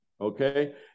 Okay